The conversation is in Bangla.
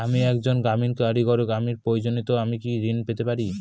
আমি একজন গ্রামীণ কারিগর আমার প্রয়োজনৃ আমি কি ঋণ পেতে পারি?